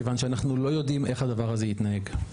כיוון שאנחנו לא יודעים איך הדבר הזה יתנהג,